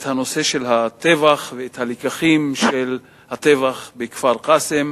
את הנושא של הטבח ואת הלקחים של הטבח בכפר-קאסם.